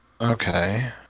Okay